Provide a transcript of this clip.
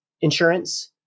insurance